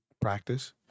practice